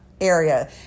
area